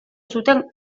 zuten